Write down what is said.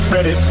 Ready